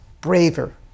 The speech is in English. braver